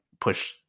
push